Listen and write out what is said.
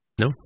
No